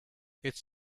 it’s